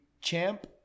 Champ